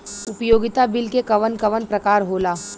उपयोगिता बिल के कवन कवन प्रकार होला?